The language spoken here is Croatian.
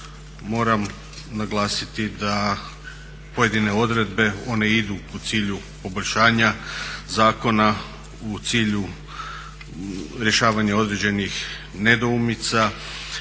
moram naglasiti da pojedine odredbe, one idu u cilju poboljšanja zakona, u cilju rješavanja određenih nedoumica